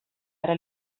ara